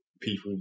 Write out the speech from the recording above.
people